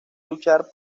luchar